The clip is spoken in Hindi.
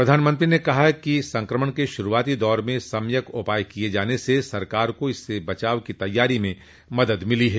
प्रधानमंत्री ने कहा कि संक्रमण के शुरूआती दौर में सम्यक उपाय किए जाने से सरकार को इससे बचाव की तैयारी में मदद मिली है